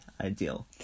ideal